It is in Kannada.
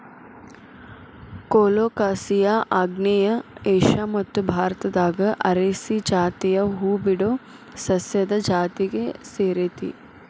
ಕೊಲೊಕಾಸಿಯಾ ಆಗ್ನೇಯ ಏಷ್ಯಾ ಮತ್ತು ಭಾರತದಾಗ ಅರೇಸಿ ಜಾತಿಯ ಹೂಬಿಡೊ ಸಸ್ಯದ ಜಾತಿಗೆ ಸೇರೇತಿ